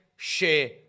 Share